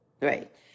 right